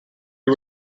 you